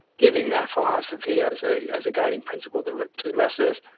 giving that philosophy as a as a guiding principle to to the rest of us.